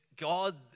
God